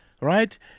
right